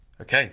Okay